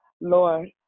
Lord